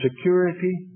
security